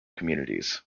communities